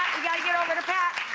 got to get over to pat.